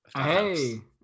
Hey